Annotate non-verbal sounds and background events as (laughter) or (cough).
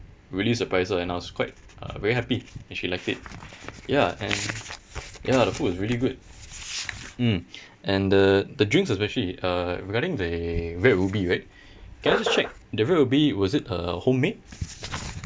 really surprised her and I was quite uh very happy that she liked it ya and ya the food is really good mm (breath) and the the drinks especially uh regarding the red ruby right (breath) can I just check the red ruby was it uh homemade